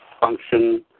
function